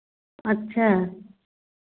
अच्छा